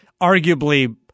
arguably